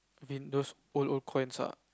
vin~ those old old coins ah